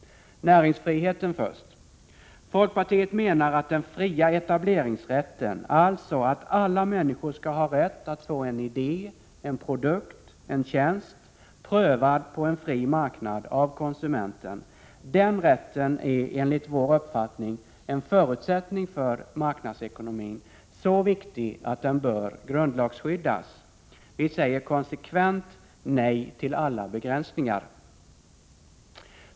Näringsfriheten först. Folkpartiet menar att den fria etableringsrätten, dvs. att alla människor skall ha rätt att få en idé, en produkt, en tjänst prövad på en fri marknad av konsumenten, är en förutsättning för marknadsekonomin och så viktig att den bör grundlagsskyddas. Vi säger konsekvent nej till alla begränsningar.